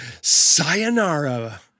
sayonara